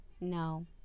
No